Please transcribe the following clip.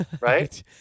Right